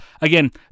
again